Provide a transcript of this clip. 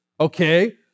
Okay